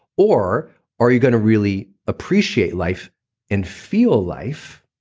or are you going to really appreciate life and feel life